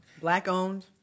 Black-owned